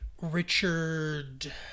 Richard